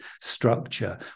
structure